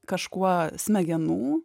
kažkuo smegenų